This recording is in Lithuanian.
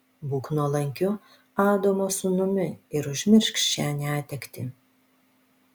būk nuolankiu adomo sūnumi ir užmiršk šią netektį